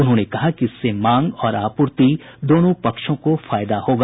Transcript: उन्होंने कहा कि इससे मांग और आपूर्ति दोनों पक्षों को फायदा होगा